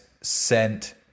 sent